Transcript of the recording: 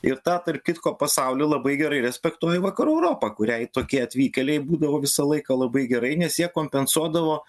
ir tą tarp kitko pasaulį labai gerai respektuoja vakarų europa kuriai tokie atvykėliai būdavo visą laiką labai gerai nes jie kompensuodavo